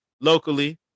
locally